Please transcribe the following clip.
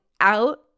out